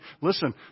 listen